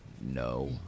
No